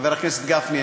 חבר הכנסת גפני,